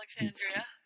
Alexandria